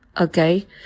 Okay